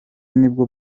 nibwo